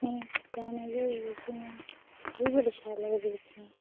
मी गाने गै होई जंदे ओह्बी बड़े शैल लगदे दिक्खने ई